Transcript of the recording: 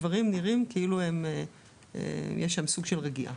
הדברים נראים כאילו יש שם סוג של רגיעה.